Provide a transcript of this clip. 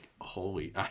holy